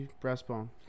breastbone